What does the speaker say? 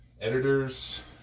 editors